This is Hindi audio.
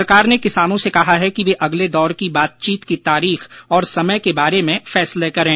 सरकार ने किसानों से कहा है कि वे अगले दौर की बातचीत की तारीख और समय के बारे में फैसला करें